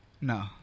No